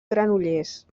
granollers